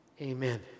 Amen